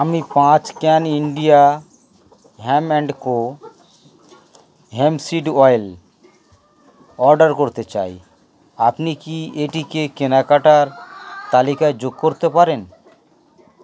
আমি পাঁচ can India hemp and co hemp seed oil order করতে চাই আপনি কি এটিকে কেনাকাটার তালিকায় যোগ করতে পারেন